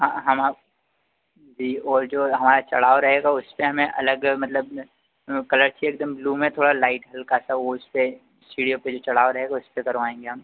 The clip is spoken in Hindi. हाँ हम जी और जो हमारा चढ़ाव रहेगा उसपर हमें अलग मतलब ना कलर चाहिए एक दम ब्लू में थोड़ा लाइट हल्का सा वह उसपर सीढ़ियों पर जो चढ़ाव रहेगा उसपर करवाएँगे हम